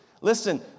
Listen